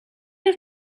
have